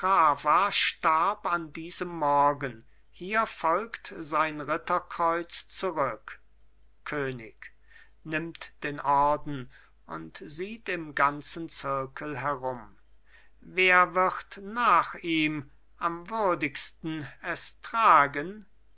starb an diesem morgen hier folgt sein ritterkreuz zurück könig nimmt den orden und sieht im ganzen zirkel herum wer wird nach ihm am würdigsten es tragen